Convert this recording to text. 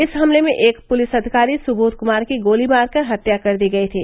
इस हमले में एक पुलिस अधिकारी सुबोध कुमार की गोली मारकर हत्या कर दी गई थी